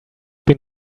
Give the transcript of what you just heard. been